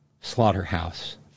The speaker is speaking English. Slaughterhouse